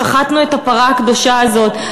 שחטנו את הפרה הקדושה הזאת.